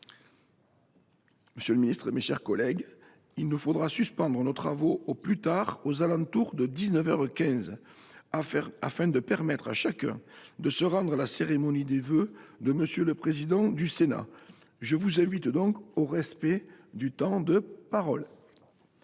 Monsieur le ministre, mes chers collègues, il nous faudra suspendre nos travaux au plus tard à 19 heures 15 afin de permettre à chacun de se rendre à la cérémonie des vœux de M. le président du Sénat. Je vous invite donc à bien vouloir respecter votre temps de parole.